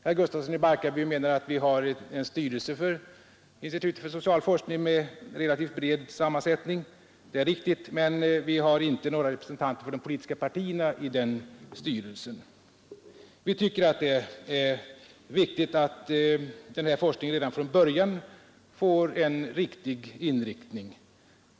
Herr Gustafsson i Barkarby menar att vi har en styrelse för institutet för social forskning med relativt bred sammansättning. Det är riktigt. Men vi har inte några representanter för de politiska partierna i den styrelsen. Vi tycker att det är viktigt att den här forskningen redan från början får en riktig inriktning.